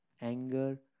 anger